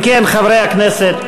אם כן, חברי הכנסת,